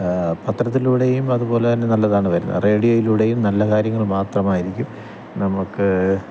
പത്രത്തിലൂടെയും അതുപോലെതന്നെ നല്ലതാണ് വരുന്നത് റേഡിയോയിലൂടെയും നല്ല കാര്യങ്ങൾ മാത്രമായിരിക്കും നമുക്ക്